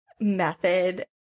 method